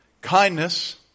kindness